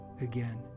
again